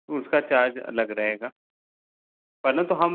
उसका चार्ज अलग रहेगा पहले तो हम